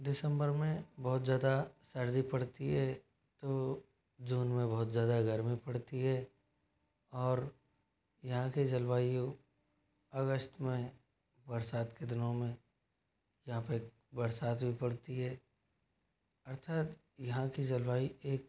दिसंबर में बहुत ज़्यादा सर्दी पड़ती है तो जून में बहुत ज़्यादा गर्मी पड़ती है और यहाँ के जलवायु अगस्त में बरसात के दिनों में या फिर बरसात भी पड़ती है अर्थात यहाँ की जलवायु एक